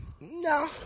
no